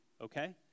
okay